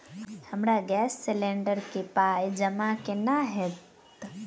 हमरा gas cylinder केँ पाई जमा केना हएत?